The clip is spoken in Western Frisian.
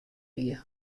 wie